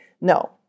No